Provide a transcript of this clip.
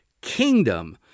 kingdom